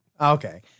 Okay